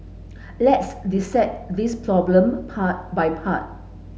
let's dissect this problem part by part